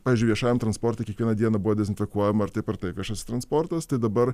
pavyzdžiui viešajam transportui kiekvieną dieną buvo dezinfekuojama ar taip ar taip viešasis transportas tai dabar